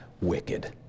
wicked